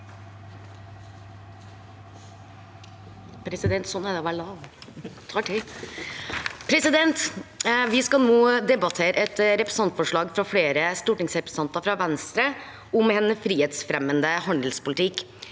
sa- ken): Vi skal nå debattere et representantforslag fra flere stortingsrepresentanter fra Venstre om en frihetsfremmende handelspolitikk.